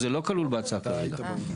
זה לא כלול בהצעת הוועדה.